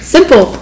Simple